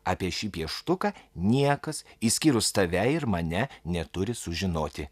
apie šį pieštuką niekas išskyrus tave ir mane neturi sužinoti